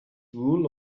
rule